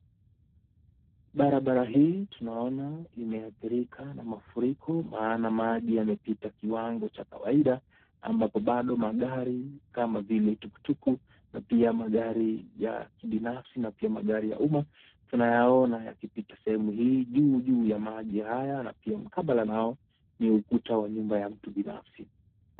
Barabara hii tunaona imeathirika na mafuriko maana maji yamepita kiwango cha kawaida ambapo bado magari kama vile tukutuku na pia magari ya kibinafsi na pia magari ya umma tunayaona yakipita sehemu hii juu juu ya maji haya na pia mukabala nao ni ukuta wa nyumba ya mtu binafsi.